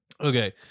okay